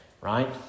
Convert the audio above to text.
right